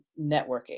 networking